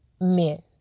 men